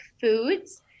foods